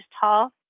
tall